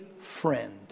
friend